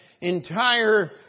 entire